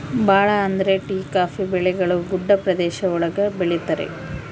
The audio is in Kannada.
ಭಾಳ ಅಂದ್ರೆ ಟೀ ಕಾಫಿ ಬೆಳೆಗಳು ಗುಡ್ಡ ಪ್ರದೇಶ ಒಳಗ ಬೆಳಿತರೆ